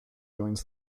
joins